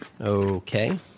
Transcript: Okay